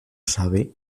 sabe